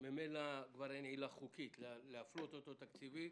ממילא כבר אין עילה חוקית להפלות אותו תקציבית,